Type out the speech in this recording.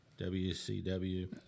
WCW